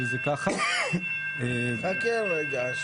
כך נראה הפרויקט שלנו.